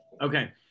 Okay